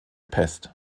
pest